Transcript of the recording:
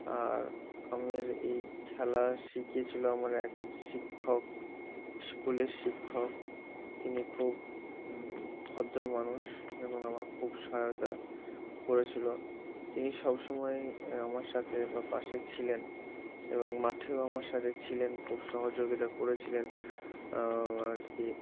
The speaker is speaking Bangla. আর আমার এই খেলা শিখিয়েছিল আমার এক শিক্ষক স্কুলের শিক্ষক তিনি খুব ভদ্র মানুষ এবং আমার খুব সহায়তা করেছিল তিনি সবসময়ই আমার সাথে বা পাশে ছিলেন এবং মাঠেও আমার সাথে ছিলেন খুব সহযোগিতা করেছিলেন আর কি